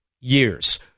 years